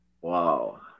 wow